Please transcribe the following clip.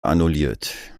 annulliert